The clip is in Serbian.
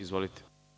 Izvolite.